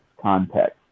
context